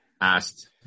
asked